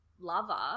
lover